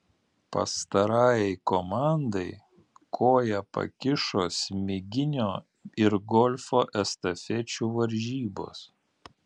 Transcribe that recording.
pastarajai komandai koją pakišo smiginio ir golfo estafečių varžybos